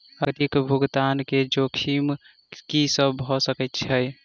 अग्रिम भुगतान केँ जोखिम की सब भऽ सकै हय?